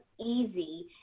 easy